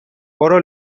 برو